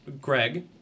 Greg